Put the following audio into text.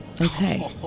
Okay